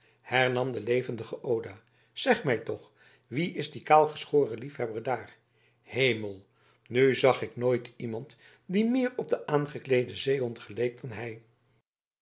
hernam de levendige oda zeg mij toch wie is die kaalgeschoren liefhebber daar hemel nu zag ik nooit iemand die meer op een aangekleeden zeehond geleek dan hij